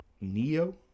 Neo